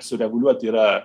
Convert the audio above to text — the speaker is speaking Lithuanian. sureguliuoti yra